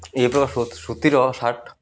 ସୂତିର shirt